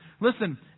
listen